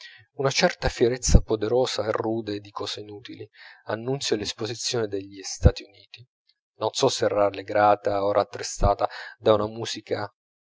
una certa fierezza poderosa e rude di cose utili annunzia l'esposizione degli stati uniti non so se rallegrata o rattristata da una musica